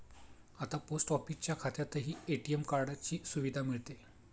आता पोस्ट ऑफिसच्या खात्यातही ए.टी.एम कार्डाची सुविधा मिळते